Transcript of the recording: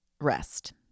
rest